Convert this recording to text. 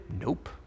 Nope